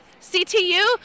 CTU